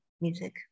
music